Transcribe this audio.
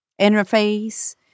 interface